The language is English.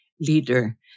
leader